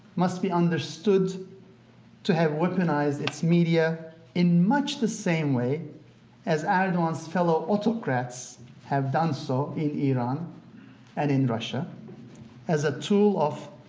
must be understood to have weaponized its media in much the same way as erdogan's fellow autocrats have done so in iran and in russia as a tool of